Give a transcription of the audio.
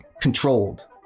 Controlled